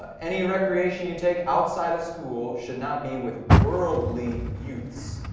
any recreation you take outside of school should not be with worldly youths.